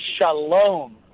Shalom